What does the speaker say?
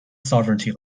sovereignty